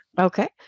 Okay